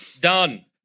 Done